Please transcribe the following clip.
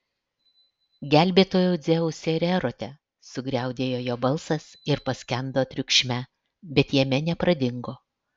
gelbėtojau dzeuse ir erote sugriaudėjo jo balsas ir paskendo triukšme bet jame nepradingo